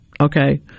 okay